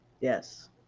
Yes